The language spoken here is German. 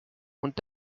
und